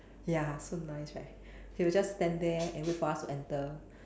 ya so nice right they will just stand there and wait for us to enter